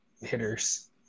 hitters